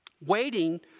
waiting